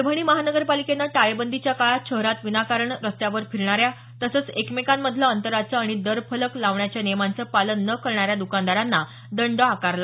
परभणी महानगरपालिकेनं टाळेबंदीच्या काळात शहरात विनाकारण रस्त्यावर फिरणाऱ्यांना तसंच एकमेकांमधलं अंतराचं आणि दरफलक लावण्याच्या नियमांचं पालन न करणाऱ्या दुकानदारांना दंड आकारला